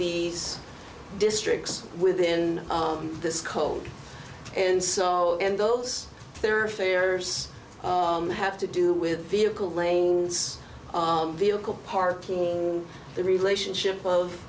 these districts within this cold and so in those their affairs have to do with vehicle lanes vehicle parking the relationship of